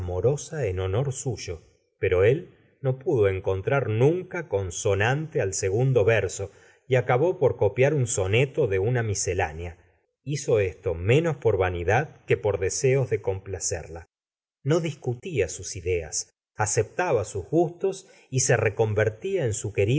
en honor suyo pero él no pudo encontrar nunca consonante al segundo verso y acabó por copiar un soneto de una miscelánea hizo esto menos por vanidad que por deseos de complacerla no discutía sus ideas aceptaba sus gustos y se convertía en su